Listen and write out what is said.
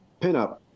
pinup